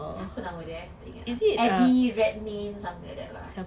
siapa nama dia eh eddie redmayne something like that lah